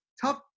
tough